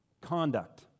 conduct